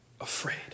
afraid